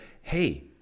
Hey